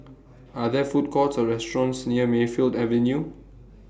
Are There Food Courts Or restaurants near Mayfield Avenue